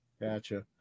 Gotcha